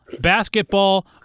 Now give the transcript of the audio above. basketball